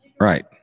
Right